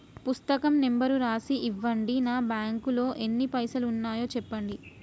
పుస్తకం నెంబరు రాసి ఇవ్వండి? నా బ్యాంకు లో ఎన్ని పైసలు ఉన్నాయో చెప్పండి?